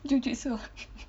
jiu jitsu ah